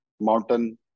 mountain